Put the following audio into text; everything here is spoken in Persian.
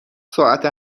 ساعت